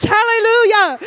Hallelujah